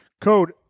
code